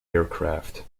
aircraft